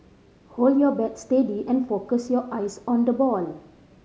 hold your bat steady and focus your eyes on the ball